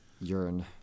yearn